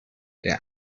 der